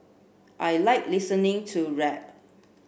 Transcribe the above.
I like listening to rap